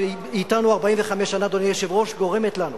שהיא אתנו 45 שנה, אדוני היושב-ראש, גורמת לנו,